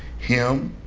him,